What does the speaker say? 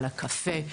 על קפה,